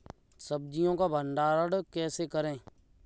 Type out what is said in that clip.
सब्जियों का भंडारण कैसे करें?